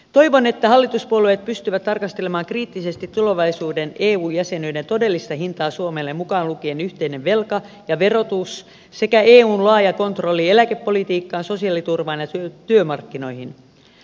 toivon että hallituspuolueet pystyvät tarkastelemaan kriittisesti tulevaisuuden eu jäsenyyden todellista hintaa suomelle mukaan lukien yhteinen velka ja verotus sekä eun laaja kontrolli eläkepolitiikkaan sosiaaliturvaan ja työmarkkinoihin